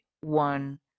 one